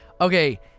Okay